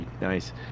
Nice